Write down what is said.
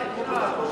אפשר